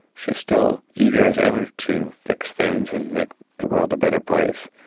she's still eager as ever to fix things and make the world a better place.